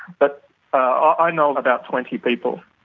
but ah i know of about twenty people.